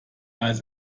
als